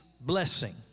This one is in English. blessing